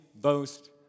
boast